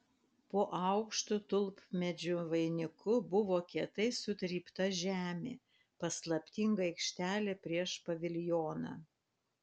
po aukštu tulpmedžių vainiku buvo kietai sutrypta žemė paslaptinga aikštelė prieš paviljoną